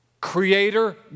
Creator